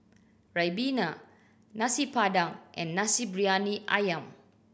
ribena Nasi Padang and Nasi Briyani Ayam